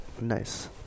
Nice